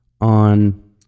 on